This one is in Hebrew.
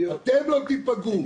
אתם לא תיפגעו,